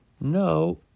No